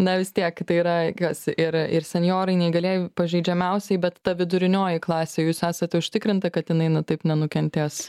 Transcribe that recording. na vis tiek tai yra kas ir ir senjorai neįgalieji pažeidžiamiausiai bet ta vidurinioji klasė jūs esat užtikrinta kad jinai na taip nenukentės